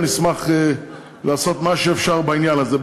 אני אשמח לעשות מה שאפשר בעניין הזה.